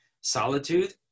solitude